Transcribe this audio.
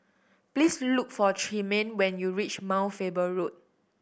please look for Tremaine when you reach Mount Faber Road